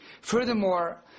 Furthermore